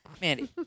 Mandy